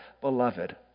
beloved